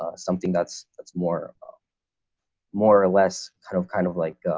ah something that's that's more, more or less kind of, kind of, like,